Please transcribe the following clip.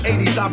80s